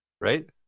Right